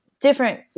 different